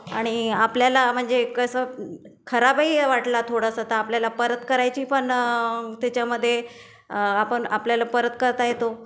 आणि आपल्याला म्हणजे कसं खराबही वाटला थोडासा तर आपल्याला परत करायची पण त्याच्यामधे आपण आपल्याला परत करता येतो